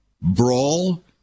brawl